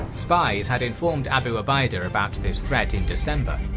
spies had informed abu ubaidah about this threat in december,